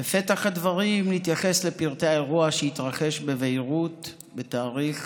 בפתח הדברים אתייחס לפרטי האירוע שהתרחש בביירות בתאריך